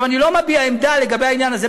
אני לא מביע עמדה לגבי העניין הזה.